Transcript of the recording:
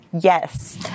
yes